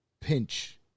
pinch